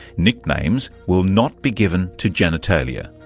nicknames will not be given to genitalia.